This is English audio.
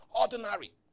ordinary